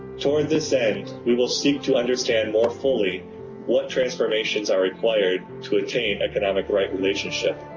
toward this end we will seek to understand more fully what transformations are required to attain economic right relationship.